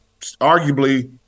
arguably